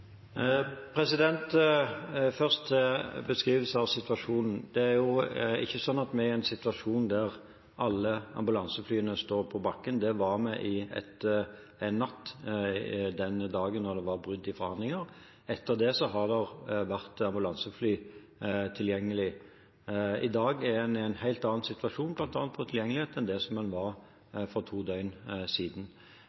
Først til beskrivelsen av situasjonen: Det er ikke slik at vi er i en situasjon der alle ambulanseflyene står på bakken. Det var vi i én natt, den dagen da det var brudd i forhandlingene. Etter det har det vært ambulansefly tilgjengelig. I dag er en i en helt annen situasjon, bl.a. når det gjelder tilgjengelighet, enn det som en var